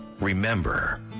Remember